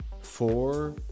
four